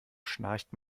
schnarcht